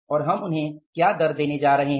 और हम उन्हें क्या दर देने जा रहे हैं